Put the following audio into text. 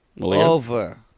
over